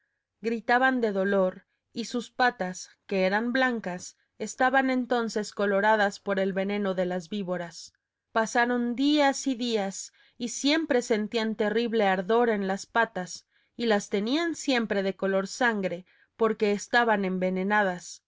un grandísimo dolor y sus patas que eran blancas estaban entonces coloradas por el veneno de las víboras pasaron días y días y siempre sentían terrible ardor en las patas y las tenían siempre de color de sangre porque estaban envenenadas